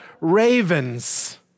ravens